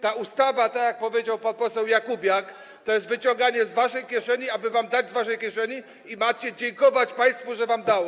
Ta ustawa, tak jak powiedział pan poseł Jakubiak, to jest wyciąganie z waszej kieszeni, aby wam dać z waszej kieszeni, i macie dziękować państwu, że wam dało.